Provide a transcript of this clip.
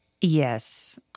Yes